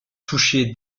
touchés